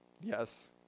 Yes